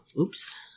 Oops